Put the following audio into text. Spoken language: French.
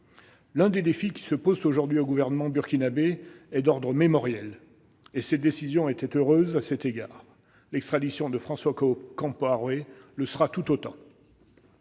L'un des défis qui se posent aujourd'hui au gouvernement burkinabé est d'ordre mémoriel. Cette décision était heureuse à cet égard ; l'extradition de François Compaoré le sera tout autant.